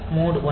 mode 1